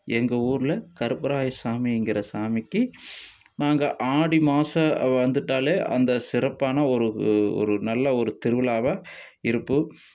எங்கள் ஊரில் கருப்பராயர் சாமிங்கிற சாமிக்கு நாங்கள் ஆடி மாதம் வந்துட்டால் அந்த சிறப்பான ஒரு ஒரு நல்ல ஒரு திருவிழாவாக இருப்பும்